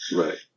right